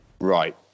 right